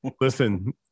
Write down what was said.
Listen